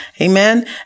Amen